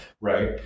right